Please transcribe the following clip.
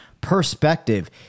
perspective